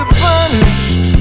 punished